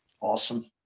Awesome